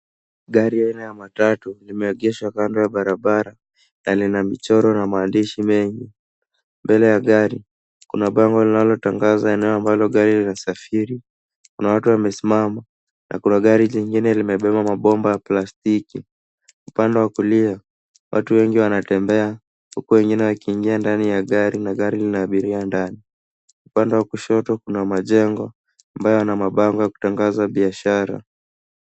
Gari ya aina ya matatu limeegeshwa kando ya barabara na lina michoro na maandishi mengi, mbele ya gari kuna bango linalotangzwa eneo ambalo gari linasafiri kuna watu wamesimama na kuna gari lingine limebeba mabomba ya plastiki, upande wa kulia watu wengi wanatembea huku wengine wakiingia ndani ya gari na gari lina abiria ndani ,upande wa kushoto kuna majengo ambayo yana mabango ya kutangaza biashara.